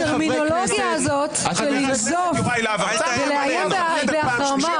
הטרמינולוגיה הזאת של לנזוף ולאיים בהחרמה